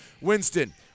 Winston